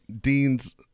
Dean's